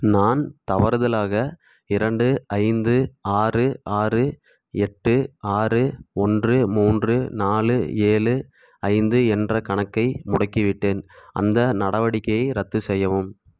நான் தவறுதலாக இரண்டு ஐந்து ஆறு ஆறு எட்டு ஆறு ஒன்று மூன்று நாலு ஏழு ஐந்து என்ற கணக்கை முடக்கிவிட்டேன் அந்த நடவடிக்கையை ரத்து செய்யவும்